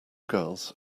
girls